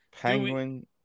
Penguin